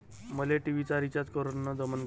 मले टी.व्ही चा रिचार्ज करन जमन का?